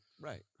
right